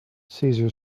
cesar